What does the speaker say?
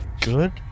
Good